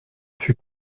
fut